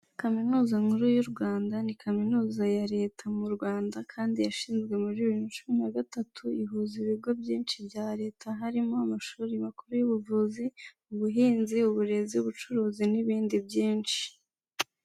Kaminuza nkuru y'u Rwanda ni kaminuza ya leta mu Rwanda, kandi yashinzwe muri bibiri na cumi na gatatu, ihuza ibigo byinshi bya leta, harimo amashuri makuru y'ubuvuzi, ubuhinzi, uburezi, ubucuruzi n'ibindi byinshi.